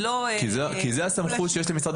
כי זו הסמכות שיש למשרד